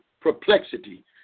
perplexity